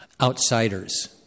outsiders